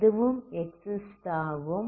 இதுவும் எக்ஸிஸ்ட் ஆகும்